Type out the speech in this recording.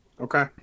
Okay